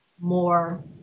more